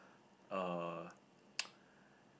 uh